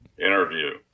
interview